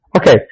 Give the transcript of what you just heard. Okay